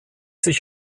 sich